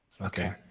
Okay